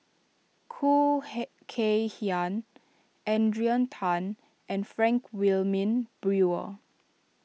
Khoo Kay Hian Adrian Tan and Frank Wilmin Brewer